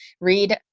read